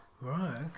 Right